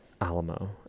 Alamo